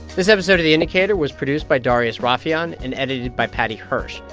this episode of the indicator was produced by darius rafieyan and edited by paddy hirsch.